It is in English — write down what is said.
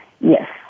Yes